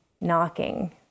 knocking